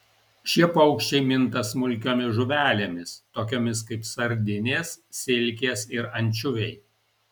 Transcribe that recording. šie paukščiai minta smulkiomis žuvelėmis tokiomis kaip sardinės silkės ir ančiuviai